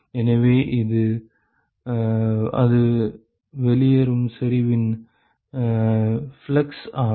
எனவே அது வெளியேறும் செறிவின் ஃப்ளக்ஸ் ஆகும்